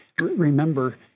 remember